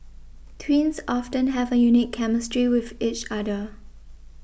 twins often have a unique chemistry with each other